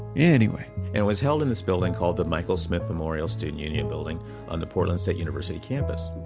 yeah anyway it was held in this building called the michael smith memorial student union building on the portland state university campus.